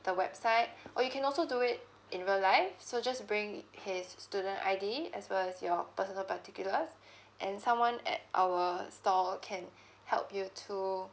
the website or you can also do it in real life so just bring his student I_D as well as your personal particulars and someone at our store can help you to